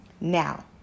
Now